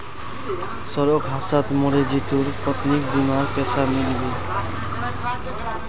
सड़क हादसात मरे जितुर पत्नीक बीमार पैसा मिल बे